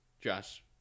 Josh